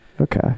okay